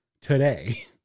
today